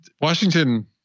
washington